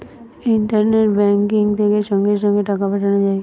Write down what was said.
internet banking থেকে সঙ্গে সঙ্গে টাকা পাঠানো যায়